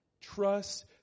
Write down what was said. Trust